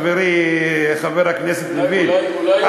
חברי חבר הכנסת לוין,